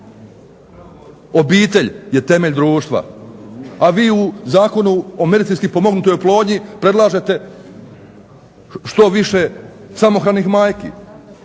Obitelj je temelj društva, a vi u Zakonu o medicinski pomognutnoj oplodnji predlažete što više samohranih majki,